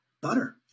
butter